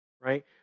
right